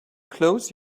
close